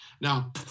Now